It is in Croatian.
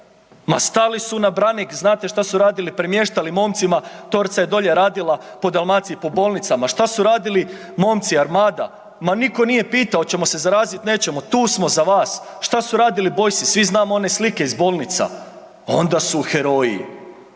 Ma stali su na branik, znate šta su radili, premještali momcima, Torca je dolje radila po Dalmaciji, po bolnicama, šta su radili momci Armada, ma nitko nije pitao hoćemo se zarazit, nećemo, tu smo za vas, šta su radili Boysi, svi znamo one slike iz bolnica, onda su heroji,